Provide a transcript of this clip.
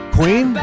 Queen